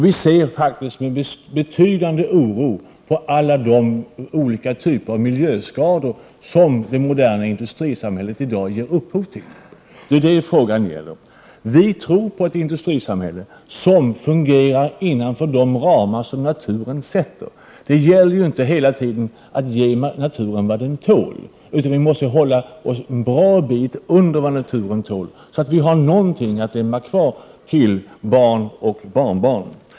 Vi ser med betydande oro på alla de olika typer av miljöskador som det moderna industrisamhället i dag ger upphov till. Det är det frågan gäller. Vi tror på ett industrisamhälle som fungerar inom de ramar som naturen bestämmer. Det gäller inte att hela tiden ge naturen vad den tål, utan vi måste hålla oss en bra bit under vad naturen tål, så att vi har någonting att lämna till barn och barnbarn.